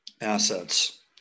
assets